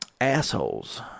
Assholes